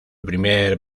primer